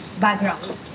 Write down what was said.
background